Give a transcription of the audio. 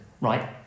right